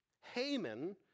Haman